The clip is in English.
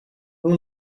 who